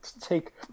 take